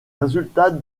résultats